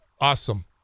awesome